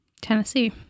Tennessee